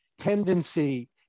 tendency